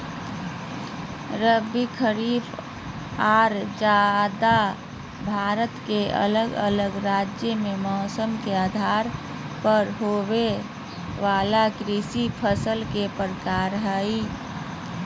रबी, खरीफ आर जायद भारत के अलग अलग राज्य मे मौसम के आधार पर होवे वला कृषि फसल के प्रकार हय